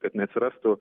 kad neatsirastų